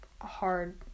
hard